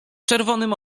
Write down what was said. czerwonym